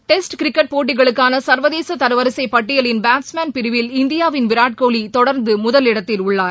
test cricket போட்டிகளுக்கான சர்வதேச தரவரிசைப் பட்டியலின் பேட்ஸ்மென் பிரிவில் இந்தியாவின் விராட் கோலி தொடர்ந்து முதலிடத்தில் உள்ளார்